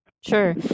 sure